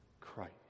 Christ